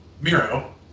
Miro